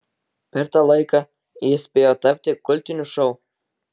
per tą laiką jis spėjo tapti kultiniu šou